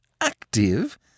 Active